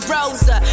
Rosa